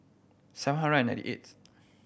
seven hundred and ninety eighth